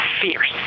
fierce